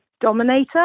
dominator